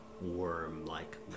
worm-like